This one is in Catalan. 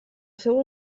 seu